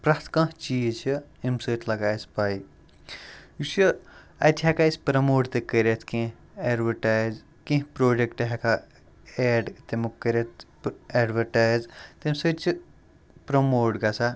پرٛٮ۪تھ کانٛہہ چیٖز چھِ امہِ سۭتۍ لَگان اَسہِ پَے یہِ چھُ اَتہِ ہٮ۪کان أسۍ پرموٹ تہِ کٔرِتھ کینٛہہ اٮ۪ڈوَٹایِز کینٛہہ پرٛوڈَکٹ ہٮ۪کان ایڈ تمیُک کٔرِتھ اٮ۪ڈوَٹایز تمہِ سۭتۍ چھِ پرٛموٹ گژھان